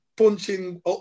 Punching